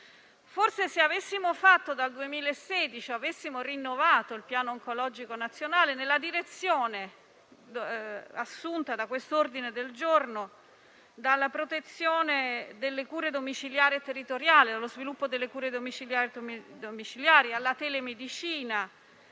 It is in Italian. Forse, se dal 2016 avessimo rinnovato il Piano oncologico nazionale nella direzione assunta da questo ordine del giorno, dalla protezione delle cure domiciliari e territoriali allo sviluppo delle cure domiciliari e alla telemedicina,